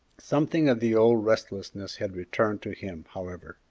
something of the old restlessness had returned to him, however.